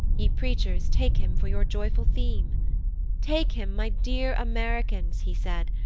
ye preachers, take him for your joyful theme take him my dear americans, he said,